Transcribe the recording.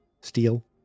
steel